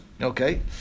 Okay